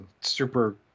Super